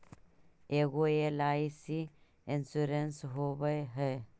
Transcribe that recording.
ऐगो एल.आई.सी इंश्योरेंस होव है?